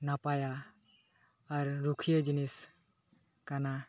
ᱱᱟᱯᱟᱭᱟ ᱟᱨ ᱨᱩᱠᱷᱤᱭᱟᱹ ᱡᱤᱱᱤᱥ ᱠᱟᱱᱟ